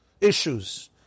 issues